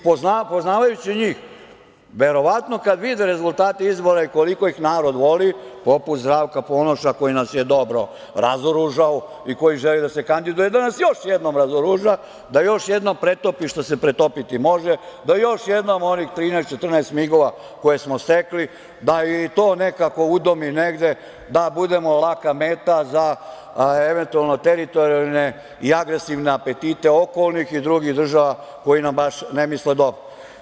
Poznavajući njih, verovatno kada vide rezultate izbora i koliko ih narod voli, poput Zdravka Ponoša koji nas je dobro razoružao i koji želi da se kandiduje, da nas još jednom razoruža, da još jednom pretopi što se pretopiti može, da još jednom onih 13, 14 migova koje smo stekli, da i to nekako udomi negde, da budemo laka meta za eventualne teritorijalne i agresivne apetite okolnih i drugih država koje nam baš ne misle dobro.